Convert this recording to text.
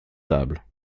tables